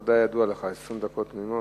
20 דקות תמימות.